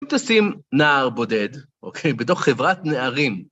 אם תשים נער בודד, אוקיי? בתוך חברת נערים.